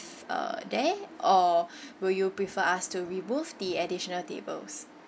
uh there or will you prefer us to remove the additional tables